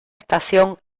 estación